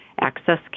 access